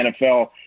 NFL